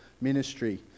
ministry